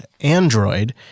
Android